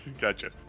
Gotcha